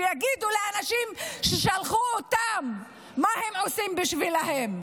שיגידו לאנשים ששלחו אותם מה הם עושים בשבילם.